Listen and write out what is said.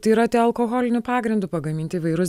tai yra tie alkoholiniu pagrindu pagaminti įvairūs